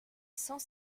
cent